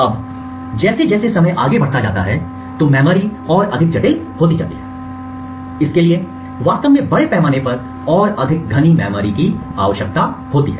अब जैसे जैसे समय आगे बढ़ता जाता है तो मेमोरी और अधिक जटिल होती जाती है इसके लिए वास्तव में बड़े पैमाने पर और अधिक घनी मेमोरी की आवश्यकता है